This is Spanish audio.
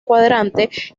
cuadrante